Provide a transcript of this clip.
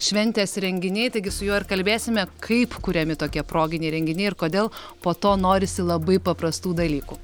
šventės renginiai taigi su juo ir kalbėsime kaip kuriami tokie proginiai renginiai ir kodėl po to norisi labai paprastų dalykų